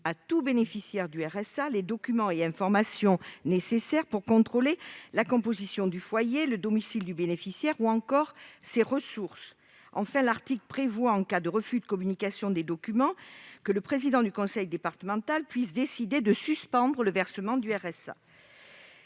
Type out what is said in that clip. à tout bénéficiaire du RSA les documents et informations nécessaires pour contrôler la composition du foyer, le domicile du bénéficiaire ou encore ses ressources. Enfin, l'article prévoit que, en cas de refus de communication de ces documents, le président du conseil départemental peut décider de suspendre le versement du RSA.